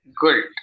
good